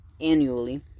annually